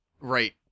right